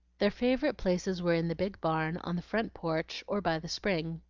their favorite places were in the big barn, on the front porch, or by the spring.